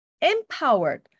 empowered